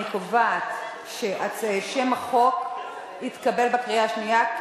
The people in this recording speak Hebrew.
אני קובעת ששם החוק התקבל בקריאה הראשונה,